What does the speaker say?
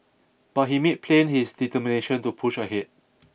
but he made plain his determination to push ahead